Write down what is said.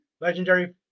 legendary